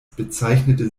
bezeichnete